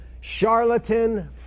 charlatan